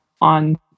on